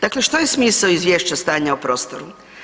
Dakle, što je smisao izvješća stanja u prostoru.